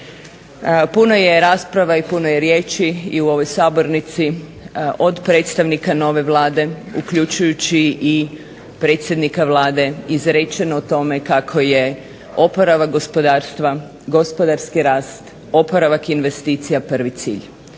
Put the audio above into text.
Puno je rasprava i puno je riječi i u ovoj sabornici od predstavnika nove Vlade uključujući i predsjednika Vlade izrečeno o tome kako je oporavak gospodarstva, gospodarski rast, oporavak investicija prvi cilj.